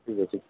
ଠିକ୍ ଅଛି